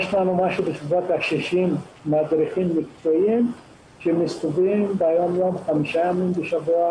יש לנו כ-60 מדריכים מקצועיים שמסתובבים חמישה ימים בשבוע